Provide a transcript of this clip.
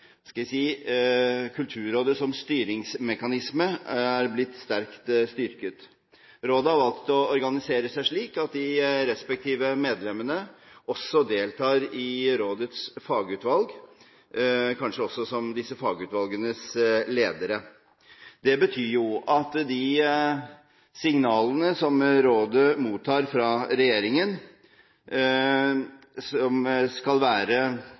Kulturrådet som styringsmekanisme er blitt sterkt styrket. Rådet har valgt å organisere seg slik at de respektive medlemmene også deltar i rådets fagutvalg, kanskje også som disse fagutvalgenes ledere. Det betyr at de signalene som rådet mottar fra regjeringen, som skal være,